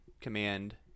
Command